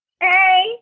Hey